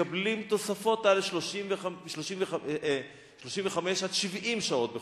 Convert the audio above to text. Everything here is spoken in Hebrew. מקבלים תוספות על 35 70 שעות בחודש.